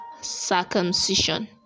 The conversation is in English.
circumcision